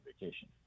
vacation